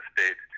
State